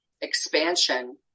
expansion